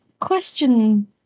question